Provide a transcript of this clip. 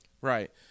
right